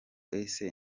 ese